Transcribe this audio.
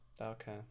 Okay